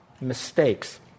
mistakes